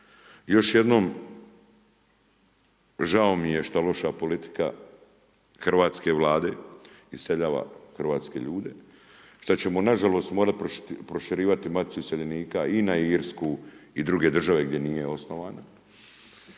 Još jednom žao mi je što loša politika hrvatske Vlade iseljava hrvatske ljude, što ćemo na žalost morati proširivati Maticu iseljenika i na Irsku i druge države gdje nije osnovana